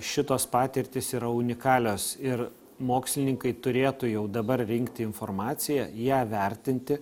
šitos patirtys yra unikalios ir mokslininkai turėtų jau dabar rinkti informaciją ją vertinti